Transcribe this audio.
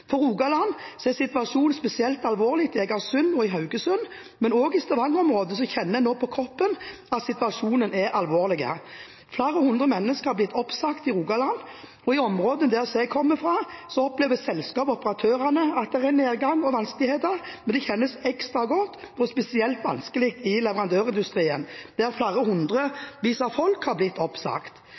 For Rogaland er situasjonen spesielt alvorlig i Egersund og i Haugesund, men også i Stavanger-området kjenner en nå på kroppen at situasjonen er alvorlig. Flere hundre mennesker er blitt oppsagt i Rogaland, og i områdene der jeg kommer fra, opplever selskaper og operatører at det er nedgang og vanskeligheter, men det merkes ekstra godt og er spesielt vanskelig i leverandørindustrien, der hundrevis av folk har blitt oppsagt.